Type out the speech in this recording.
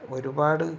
ഒരുപാട്